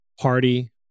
party